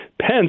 Pence